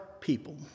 people